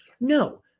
no